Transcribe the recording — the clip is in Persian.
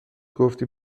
گفتی